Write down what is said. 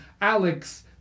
Alex